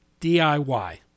DIY